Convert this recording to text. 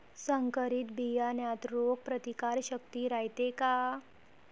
संकरित बियान्यात रोग प्रतिकारशक्ती रायते का?